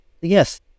Yes